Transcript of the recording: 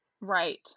Right